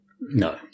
No